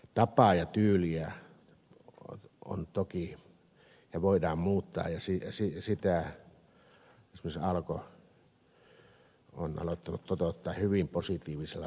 tapaa ja tyyliä voidaan toki muuttaa ja sitä esimerkiksi alko on alkanut toteuttaa hyvin positiivisella tavalla